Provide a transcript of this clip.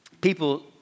people